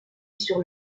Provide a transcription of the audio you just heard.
sur